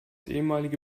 ehemalige